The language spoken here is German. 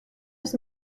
bis